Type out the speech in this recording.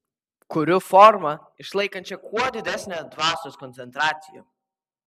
kuriu formą išlaikančią kuo didesnę dvasios koncentraciją